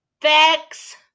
facts